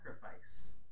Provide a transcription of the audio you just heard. sacrifice